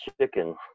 chicken